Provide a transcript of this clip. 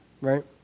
right